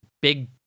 big